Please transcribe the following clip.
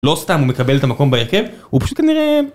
לא סתם הוא מקבל את המקום בהרכב הוא פשוט כנראה...